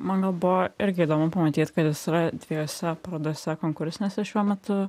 man gal buvo irgi įdomu pamatyt kad jis yra dviejose parodose konkursinėse šiuo metu